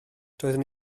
doeddwn